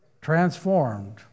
Transformed